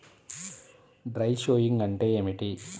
Dry sowing అంటే ఏమిటి?